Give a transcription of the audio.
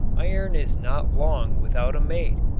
iron is not long without a mate.